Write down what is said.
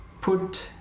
put